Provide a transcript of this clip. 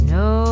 no